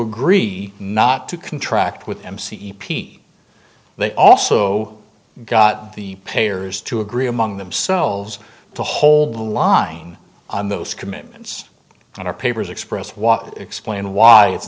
agree not to contract with mc epeat they also got the payers to agree among themselves to hold the line on those commitments in our papers express what explain why it's